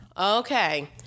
Okay